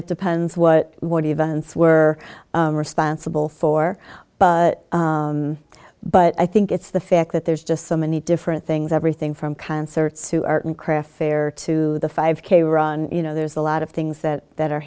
it depends what what events were responsible for but i think it's the fact that there's just so many different things everything from concerts who are in craft fair to the five k run you know there's a lot of things that that are